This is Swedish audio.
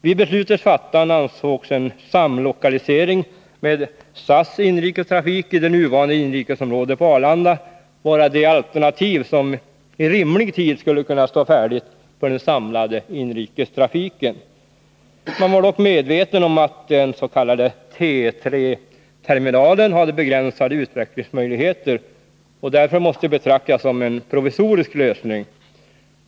Vid beslutets fattande ansågs en samlokalisering med SAS inrikestrafik i det nuvarande inrikesområdet på Arlanda vara det alternativ som i rimlig tid skulle kunna stå färdigt för den samlade inrikestrafiken. Man var dock medveten om att den s.k. T3 terminalen hade begränsade utvecklingsmöjligheter och därför måste betraktas som en provisorisk lösning.